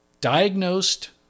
diagnosed